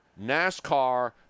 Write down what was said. NASCAR